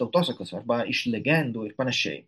tautosakos arba iš legendų ir panašiai